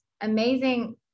amazing